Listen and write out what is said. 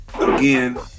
again